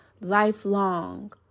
lifelong